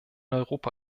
europa